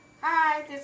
Hi